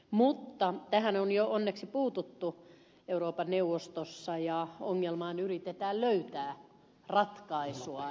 mutta tähän on jo onneksi puututtu euroopan neuvostossa ja ongelmaan yritetään löytää ratkaisua